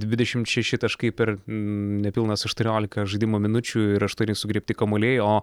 dvidešimt šeši taškai per nepilnas aštuoniolika žaidimo minučių ir aštuoni sugriebti kamuoliai o